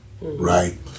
right